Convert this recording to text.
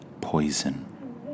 poison